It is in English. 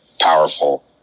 powerful